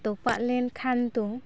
ᱛᱚᱯᱟᱜ ᱞᱮᱱᱠᱷᱟᱱ ᱫᱚ